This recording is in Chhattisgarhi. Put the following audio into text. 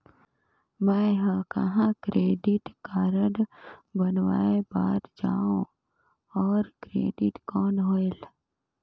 मैं ह कहाँ क्रेडिट कारड बनवाय बार जाओ? और क्रेडिट कौन होएल??